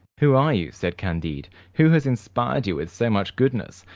who are you? said candide who has inspired you with so much goodness?